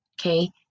Okay